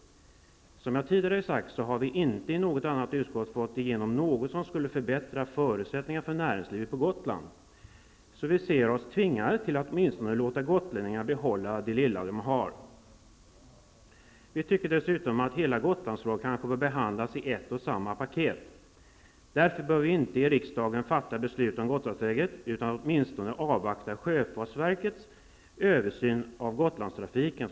Som jag tidigare har sagt har vi inte i något annat utskott fått igenom något som skulle förbättra förutsättningarna för näringslivet på Gotland. Därför ser vi oss tvingade till att åtminstone låta gotlänningarna behålla det lilla de har. Vi tycker dessutom att hela Gotlandsfrågan kanske borde behandlas i ett och samma paket. Därför bör vi inte i riksdagen fatta beslut om Gotlandstillägget utan att åtminstone avvakta sjöfartsverkets översyn av Herr talman!